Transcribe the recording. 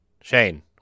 Shane